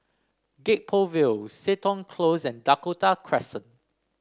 Gek Poh Ville Seton Close and Dakota Crescent